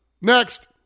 Next